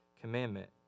commandment